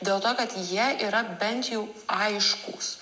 dėl to kad jie yra bent jau aiškūs